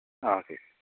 ആ ഓക്കേ